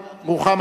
בריאות,